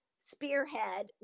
spearhead